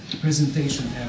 presentation